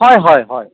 হয় হয় হয়